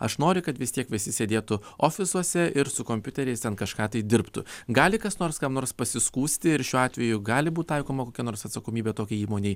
aš noriu kad vis tiek visi sėdėtų ofisuose ir su kompiuteriais ten kažką tai dirbtų gali kas nors kam nors pasiskųsti ir šiuo atveju gali būt taikoma kokia nors atsakomybė tokiai įmonei